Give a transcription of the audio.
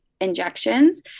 injections